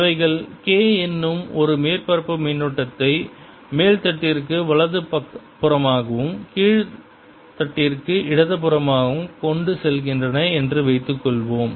அவைகள் K என்னும் ஒரு மேற்பரப்பு மின்னோட்டத்தை மேல்தட்டிற்கு வலது புறமாகவும் கீழ்தட்டிற்கு இடது புறமாகவும் கொண்டு செல்கின்றன என்று வைத்துக்கொள்வோம்